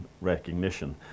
recognition